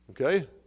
Okay